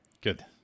Good